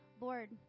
Lord